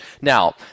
Now